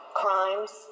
crimes